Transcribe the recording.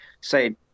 say